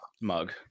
mug